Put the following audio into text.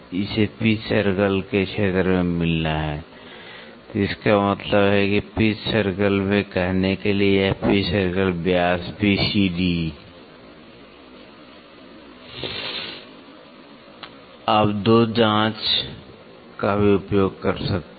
इसे pitch circle के क्षेत्र में मिलना है इसका मतलब है पिच सर्कल में कहने के लिए यह पिच सर्कल व्यास PCD आप 2 जांच का भी उपयोग कर सकते हैं